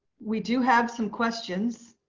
we do have some questions.